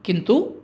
किन्तु